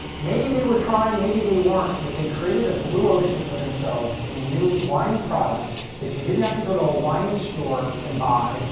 maybe they were trying, maybe they weren't, but they created a blue ocean for themselves, a new wine product that you didn't have to go to a wine store and buy,